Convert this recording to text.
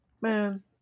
Man